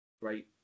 great